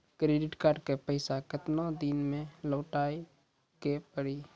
Credit card के पैसा केतना दिन मे लौटाए के पड़ी?